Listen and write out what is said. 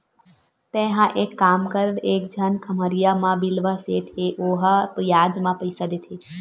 तेंहा एक काम कर एक झन खम्हरिया म बिलवा सेठ हे ओहा बियाज म पइसा देथे